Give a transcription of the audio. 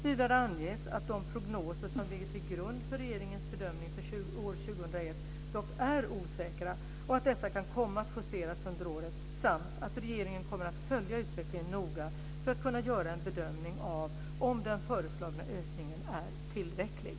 Vidare anges att de prognoser som ligger till grund för regeringens bedömning för år 2001 dock är osäkra och att dessa kan komma att justeras under året samt att regeringen kommer att följa utvecklingen noga för att kunna göra en bedömning av om den föreslagna ökningen är tillräcklig.